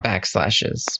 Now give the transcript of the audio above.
backslashes